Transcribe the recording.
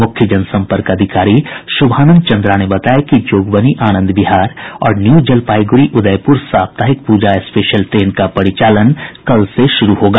मुख्य जनसम्पर्क अधिकारी शुभानन चंद्रा ने बताया कि जोगबनी आनंद विहार और न्यूजलपाईगुड़ी उदयपुर सप्ताहिक पूजा स्पेशल एक्सप्रेस ट्रेन का परिचालन कल से शुरू होगा